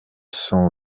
cent